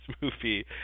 movie